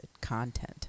content